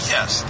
Yes